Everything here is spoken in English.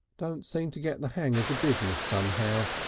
don't seem to get the hang of the business somehow,